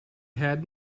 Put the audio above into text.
had